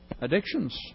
Addictions